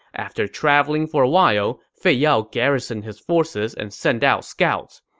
after traveling for a while, fei yao garrisoned his forces and sent out scouts.